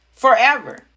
forever